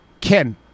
Ken